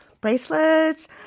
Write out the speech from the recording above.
Bracelets